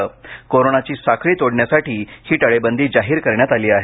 प्रामुख्यानं कोरोनाची साखळी तोडण्यासाठी ही टाळेबंदी जाहीर करण्यात आली आहे